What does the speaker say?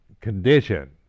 condition